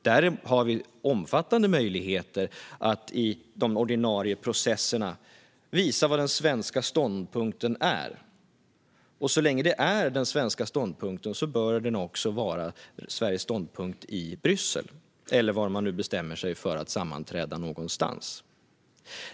Där har vi omfattande möjligheter att i de ordinarie processerna visa vad den svenska ståndpunkten är. Så länge det är den svenska ståndpunkten bör det också vara Sveriges ståndpunkt i Bryssel eller var man nu bestämmer sig för att sammanträda.